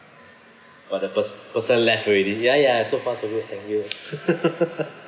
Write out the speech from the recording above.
but the pers~ person left already ya ya so far so good thank you